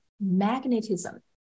magnetism